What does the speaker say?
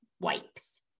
wipes